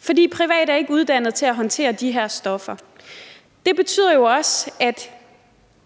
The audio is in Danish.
For private er ikke uddannet til at håndtere de her stoffer, og det betyder jo også,